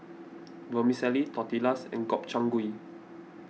Vermicelli Tortillas and Gobchang Gui